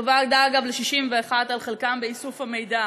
תודה, אגב, ל"שישים ואחת" על חלקם באיסוף המידע.